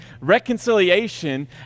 reconciliation